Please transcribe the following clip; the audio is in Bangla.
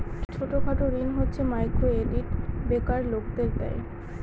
ছোট খাটো ঋণ হচ্ছে মাইক্রো ক্রেডিট বেকার লোকদের দেয়